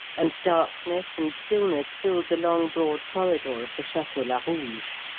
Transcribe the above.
and darkness and stillness filled the long, broad corridor of the chateau larouge.